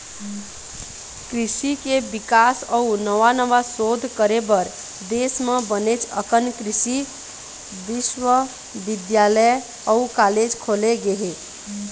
कृषि के बिकास अउ नवा नवा सोध करे बर देश म बनेच अकन कृषि बिस्वबिद्यालय अउ कॉलेज खोले गे हे